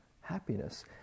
happiness